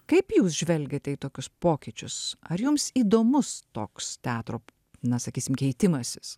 kaip jūs žvelgiate į tokius pokyčius ar jums įdomus toks teatro na sakysim keitimasis